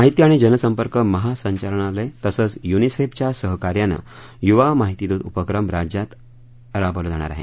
माहिती आणि जनसंपर्क महासंचालनालय तसंच यूनिसेफच्या सहकार्यानं यूवा माहितीदृत उपक्रम राज्यात राबवला जाणार आहे